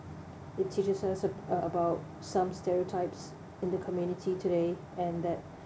it teaches us uh about some stereotypes in the community today and that